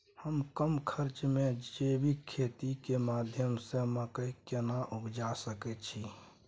हम कम खर्च में जैविक खेती के माध्यम से मकई केना उपजा सकेत छी?